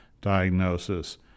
diagnosis